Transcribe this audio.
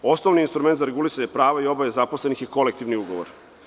Osnovni instrument za regulisanje prava i obaveza zaposlenih je kolektivni ugovor.